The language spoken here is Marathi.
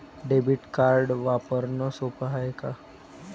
डेबिट कार्ड वापरणं सोप हाय का?